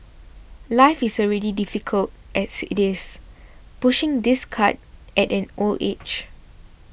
life is already difficult as it is pushing this cart at an old age